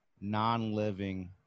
non-living